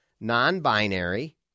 non-binary